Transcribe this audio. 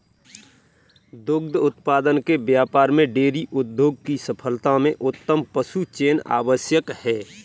दुग्ध उत्पादन के व्यापार में डेयरी उद्योग की सफलता में उत्तम पशुचयन आवश्यक है